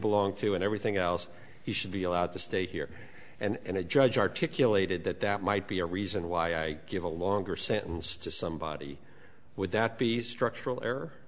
belonged to and everything else he should be allowed to stay here and a judge articulated that that might be a reason why i give a longer sentence to somebody would that be structural